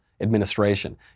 administration